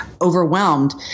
overwhelmed